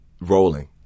rolling